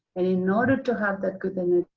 and in order to have that good and